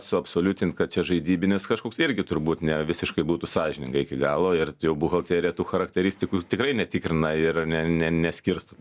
suabsoliutint kad čia žaidybinis kažkoks irgi turbūt nėra visiškai būtų sąžininga iki galo ir buhalterė tų charakteristikų tikrai netikrina ir ne ne neskirsto